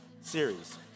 series